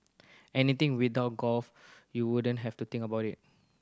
anything without golf you wouldn't have to think about it